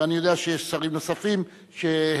ואני יודע שיש שרים נוספים שהופתעו